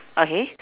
okay